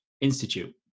Institute